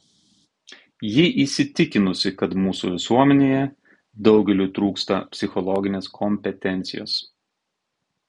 ji įsitikinusi kad mūsų visuomenėje daugeliui trūksta psichologinės kompetencijos